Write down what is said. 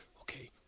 okay